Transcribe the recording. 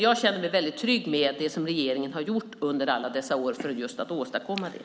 Jag känner mig väldigt trygg med det som regeringen har gjort under alla dessa år för att åstadkomma det.